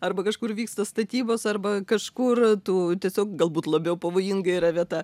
arba kažkur vyksta statybos arba kažkur tu tiesiog galbūt labiau pavojinga yra vieta